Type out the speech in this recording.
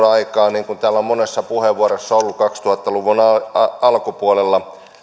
aikaa niin kuin täällä on monessa puheenvuorossa ollut kaksituhatta luvun alkupuolella